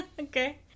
Okay